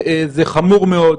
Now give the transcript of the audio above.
זה חמור מאוד.